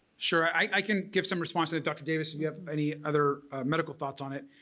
sure i can give some response to that dr. davis if you have any other medical thoughts on it.